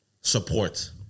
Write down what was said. support